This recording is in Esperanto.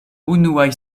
unuaj